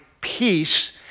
peace